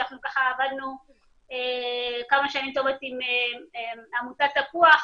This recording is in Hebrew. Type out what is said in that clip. אנחנו עבדנו כמה שנים טובות עם עמותת תפוח,